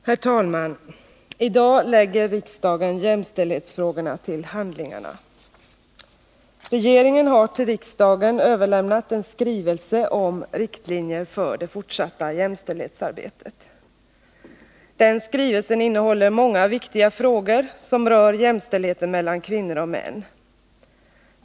Herr talman! I dag lägger riksdagen jämställdhetsfrågorna till handlingarna. Regeringen har till riksdagen överlämnat en skrivelse om riktlinjer för det fortsatta jämställdhetsarbetet. Den skrivelsen innehåller många viktiga frågor som rör jämställdheten mellan kvinnor och män.